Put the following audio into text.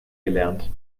gelernt